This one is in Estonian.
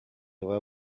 vaja